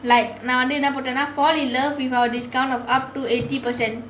like நான் என்ன போட்டேன்னா:naan enna poottaennaa fall in love with our discount of up to eighty percent